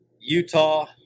Utah